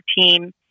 team